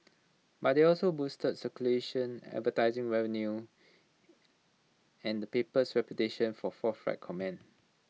but they also boosted circulation advertising revenue and the paper's reputation for forthright comment